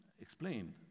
explained